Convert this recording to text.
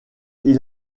ils